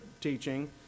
teaching